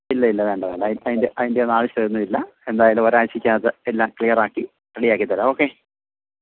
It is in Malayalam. ഇല്ല ഇല്ല വേണ്ട വേണ്ട അതിൻ്റെ അതിൻ്റെ ഒന്നും ആവശ്യം ഒന്നുമില്ല എന്തായാലും ഒരാഴ്ചയ്ക്ക് അകത്ത് എല്ലാം ക്ലിയർ ആക്കി റെഡി ആക്കി തരാം ഓക്കെ